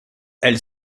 elle